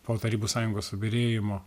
po tarybų sąjungos subyrėjimo